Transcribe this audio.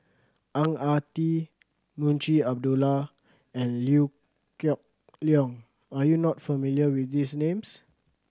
Ang Ah Tee Munshi Abdullah and Liew Geok Leong are you not familiar with these names